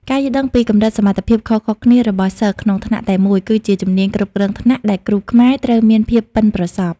ការយល់ដឹងពីកម្រិតសមត្ថភាពខុសៗគ្នារបស់សិស្សក្នុងថ្នាក់តែមួយ គឺជាជំនាញគ្រប់គ្រងថ្នាក់ដែលគ្រូខ្មែរត្រូវមានភាពប៉ិនប្រសប់។